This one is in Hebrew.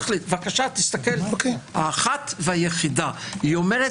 היא אומרת,